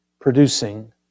producing